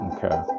Okay